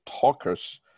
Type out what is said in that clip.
talkers